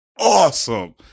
awesome